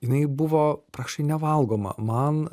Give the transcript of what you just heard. jinai buvo praktiškai nevalgoma man